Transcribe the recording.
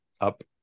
up